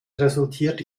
resultiert